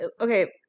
Okay